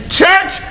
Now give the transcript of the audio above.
church